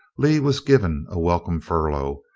lee was given a welcome furlough,